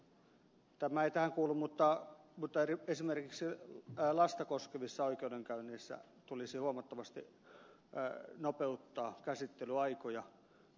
tämä ei tähän kuulu mutta esimerkiksi lasta koskevissa oikeudenkäynneissä tulisi huomattavasti nopeuttaa käsittelyaikoja